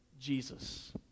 Jesus